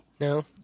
No